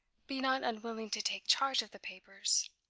be not unwilling to take charge of the papers.